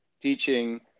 teaching